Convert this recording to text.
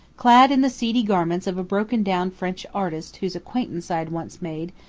clad in the seedy garments of a broken down french artist whose acquaintance i had once made,